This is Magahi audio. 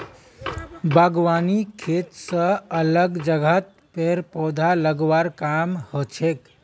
बागवानी खेत स अलग जगहत पेड़ पौधा लगव्वार काम हछेक